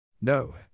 No